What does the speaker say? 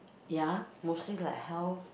ya mostly like health